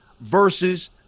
versus